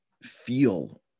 feel